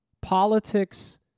politics